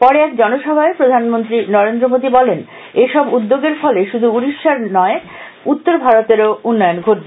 পরে এক জনসভায় প্রধানমন্ত্রী নরেন্দ্র মোদি বলেন এইসব উদ্যোগের ফলে শুধু উড়িষ্যায় নয় উত্তর ভারতেরও উন্নয়ন ঘটবে